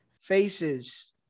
Faces